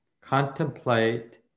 contemplate